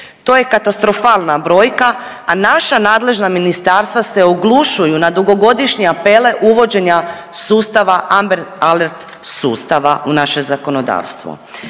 To je katastrofalna brojka, a naša nadležna ministarstva se oglušuju na dugogodišnje apele uvođenja sustava Amber Alert sustava u naše zakonodavstvo.